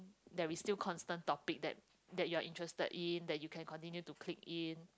there's still constant topic that that you're interested in that you can continue to clique in